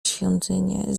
świątynię